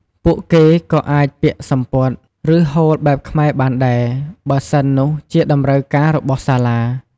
ពួកគេ ក៏អាចពាក់សំពត់ ឬ ហូលបែបខ្មែរបានដែរ បើសិននោះជាតម្រូវការរបស់សាសា។